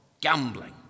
gambling